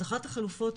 אז אחת החלופות,